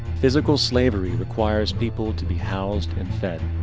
physical slavery requires people to be housed and fed.